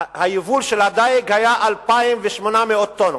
היבול של הדיג היה 2,800 טונות.